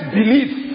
belief